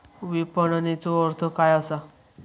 विपणनचो अर्थ काय असा?